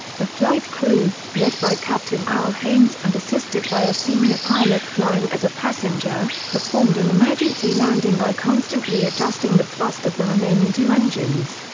the flight crew, led by captain al haynes and assisted by a senior pilot flying as a passenger, performed an emergency landing by constantly adjusting the thrust of the remaining two engines.